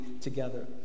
together